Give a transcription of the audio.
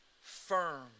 firm